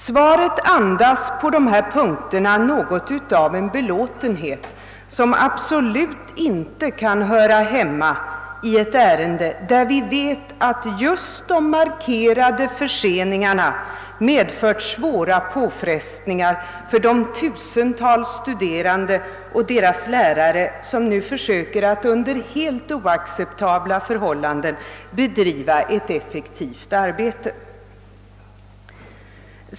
Svaret andas på dessa punkter något av en belåtenhet, som absolut inte kan höra hemma i ett ärende där vi vet att just de markerade förseningarna medfört svåra påfrestningar för de tusentals studerande och deras lärare, som nu försöker att under helt oacceptabla förhållanden bedriva ett effektivt arbete.